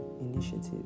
initiative